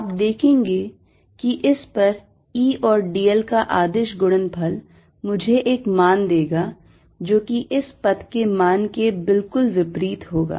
आप देखेंगे कि इस पर E और dl का अदिश गुणनफल मुझे एक मान देगा जो कि इस पथ के मान के बिल्कुल विपरीत होगा